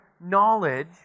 knowledge